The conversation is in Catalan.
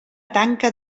tanca